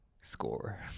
Score